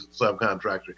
subcontractor